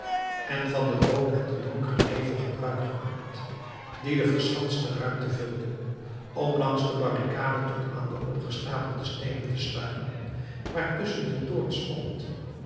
en van den rook en den donkeren nevel gebruik gemaakt die de verschanste ruimte vulde om langs de barricade tot aan de opgestapelde steenen te sluipen waar tusschen de toorts stond